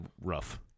rough